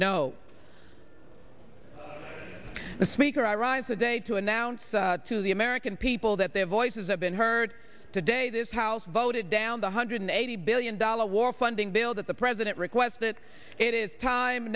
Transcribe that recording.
no the speaker i rise a day to announce to the american people that their voices have been heard today this house voted down the hundred eighty billion dollars war funding bill that the president requested it is time